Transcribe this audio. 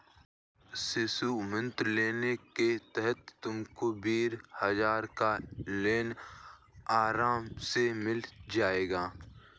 शिशु मुद्रा लोन के तहत तुमको बीस हजार का लोन आराम से मिल जाएगा